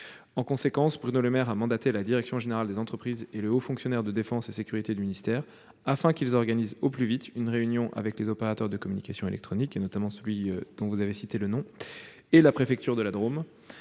avons parlé. Bruno Le Maire a mandaté la direction générale des entreprises et le haut fonctionnaire de défense et de sécurité du ministère pour organiser au plus vite une réunion avec les opérateurs de communications électroniques, notamment celui dont vous avez cité le nom, et la préfecture de la Drôme,